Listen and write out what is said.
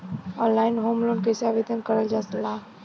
Online home loan कैसे आवेदन करल जा ला?